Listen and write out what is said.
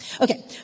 Okay